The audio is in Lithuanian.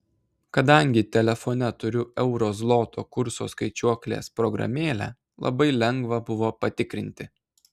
kadangi telefone turiu euro zloto kurso skaičiuoklės programėlę labai lengva buvo patikrinti